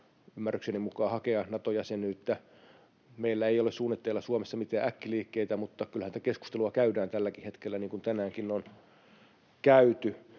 ymmärrykseni mukaan hakea Nato-jäsenyyttä. Meillä ei ole suunnitteilla Suomessa mitään äkkiliikkeitä, mutta kyllähän tätä keskustelua käydään tälläkin hetkellä, niin kuin tänäänkin on käyty.